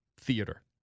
theater